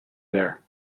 there